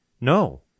no